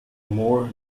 more